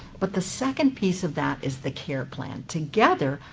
but the second piece of that is the care plan. together,